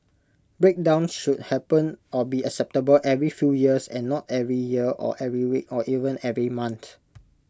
breakdowns should happen or be acceptable every few years and not every year or every week or even every month